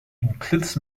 includes